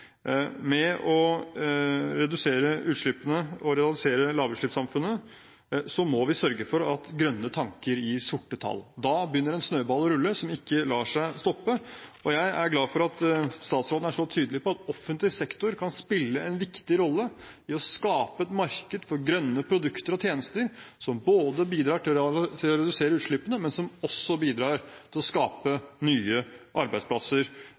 med å redusere utslippene og realisere lavutslippssamfunnet, må vi sørge for at grønne tanker gir sorte tall. Da begynner en snøball å rulle, som ikke lar seg stoppe. Jeg er glad for at statsråden er så tydelig på at offentlig sektor kan spille en viktig rolle i å skape et marked for grønne produkter og tjenester, som bidrar både til å redusere utslippene og til å skape nye arbeidsplasser